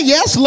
Yes